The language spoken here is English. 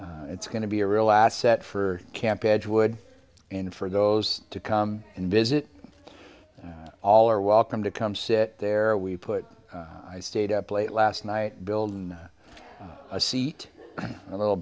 it's going to be a real asset for camp edgewood and for those to come and visit all are welcome to come sit there we put i stayed up late last night building a seat a little